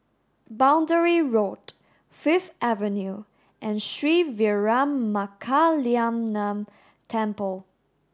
Boundary Road Fifth Avenue and Sri Veeramakaliamman Temple